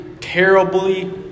terribly